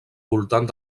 voltant